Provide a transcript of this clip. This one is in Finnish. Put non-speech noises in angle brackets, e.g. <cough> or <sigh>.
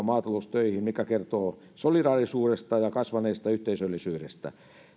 <unintelligible> maataloustöihin mikä kertoo solidaarisuudesta ja kasvaneesta yhteisöllisyydestä